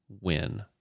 win